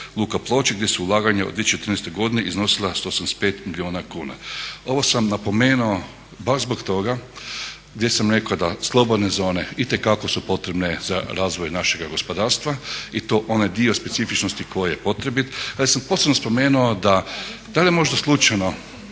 luka Ploče, gdje su ulaganja u 2014. godini iznosila 185 milijuna kuna. Ovo sam napomenuo baš zbog toga gdje sam rekao da slobodne zone itekako su potrebne za razvoj našega gospodarstva i to onaj dio specifičnosti koji je potrebit. Ali sam posebno spomenuo da, da li je možda slučajno